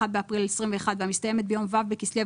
1 באפריל 2021 והמסתיימת ביום ו' בכסלו